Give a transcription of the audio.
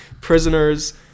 Prisoners